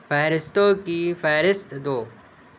فہرستوں کی فہرست دو